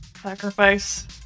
sacrifice